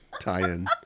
tie-in